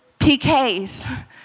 PKs